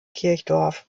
kirchdorf